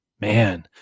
man